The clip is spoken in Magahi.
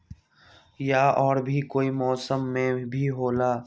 या और भी कोई मौसम मे भी होला?